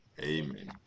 Amen